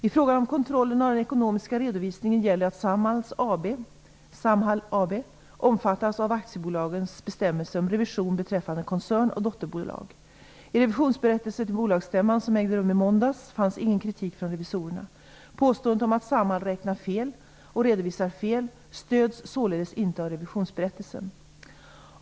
I fråga om kontrollen av den ekonomiska redovisningen gäller att Samhall AB omfattas av aktiebolagslagens bestämmelser om revision beträffande koncern och dotterbolag. I revisionsberättelsen till bolagsstämman, som ägde rum i måndags, fanns ingen kritik från revisorerna. Påståendet om att Samhall räknar fel och redovisar fel stöds således inte av revisionsberättelsen.